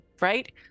right